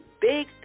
big